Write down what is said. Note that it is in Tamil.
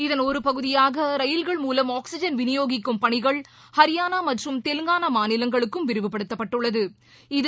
இதன் ஒருபகுதியாக ரயில்கள் மூலம் ஆக்ஸிஜன் வினியோகிக்கும் பணிகள் ஹரியானாமற்றும் தெலுங்கானாமாநிலங்களுக்கும் விரிவுப்படுத்தப்பட்டுள்ளது